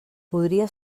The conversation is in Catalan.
podria